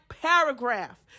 Paragraph